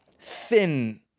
thin